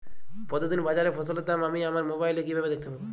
প্রতিদিন বাজারে ফসলের দাম আমি আমার মোবাইলে কিভাবে দেখতে পাব?